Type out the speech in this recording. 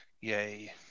Yay